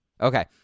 Okay